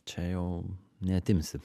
čia jau neatimsi